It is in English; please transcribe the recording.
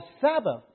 Sabbath